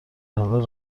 حال